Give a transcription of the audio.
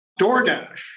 DoorDash